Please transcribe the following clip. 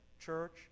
church